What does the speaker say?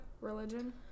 religion